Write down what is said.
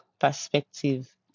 perspective